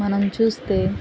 మనం చూస్తే